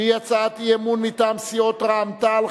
שהיא הצעת אי-אמון מטעם סיעות רע"ם-תע"ל,